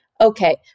okay